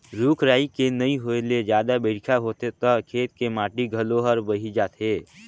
रूख राई के नइ होए ले जादा बइरखा होथे त खेत के माटी घलो हर बही जाथे